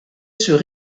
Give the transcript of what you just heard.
sur